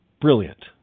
Brilliant